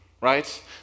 right